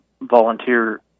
volunteer